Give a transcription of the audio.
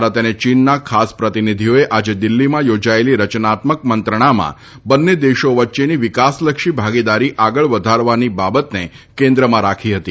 ભારત અને ચીનના ખાસ પ્રતિનિધિઓએ આજે દિલ્હીમાં યોજાયેલી રચનાત્મક મંત્રણામાં બંને દેશો વચ્ચેની વિકાસલક્ષી ભાગીદારી આગળ વધારવાની બાબતને કેન્દ્રમાં રાખી છે